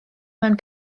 mewn